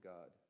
God